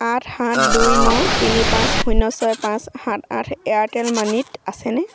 আঠ সাত দুই ন তিনি পাঁচ শূন্য ছয় পাঁচ সাত আঠ এয়াৰটেল মানিত আছেনে